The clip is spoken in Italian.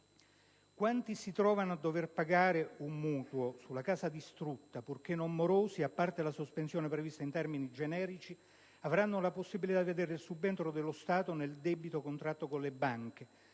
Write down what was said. Quanti si trovano a dover pagare un mutuo sulla casa distrutta, purché non morosi, a parte la sospensione prevista in termini generici, avranno la possibilità di vedere il subentro dello Stato nel debito contratto con le banche,